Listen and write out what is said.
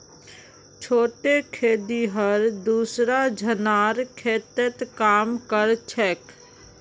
छोटे खेतिहर दूसरा झनार खेतत काम कर छेक